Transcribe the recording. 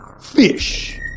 Fish